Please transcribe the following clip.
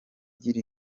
igira